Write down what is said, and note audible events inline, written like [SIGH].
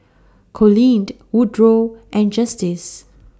Coleen [UNINTELLIGIBLE] Woodrow and Justice